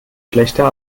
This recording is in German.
schlechter